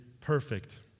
perfect